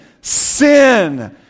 sin